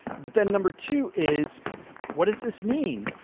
but then number two is what does this mean?